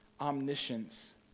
omniscience